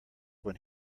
when